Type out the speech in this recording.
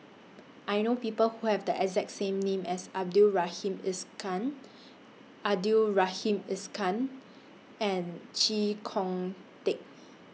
I know People Who Have The exact same name as Abdul Rahim Abdul Rahim and Chee Kong Tet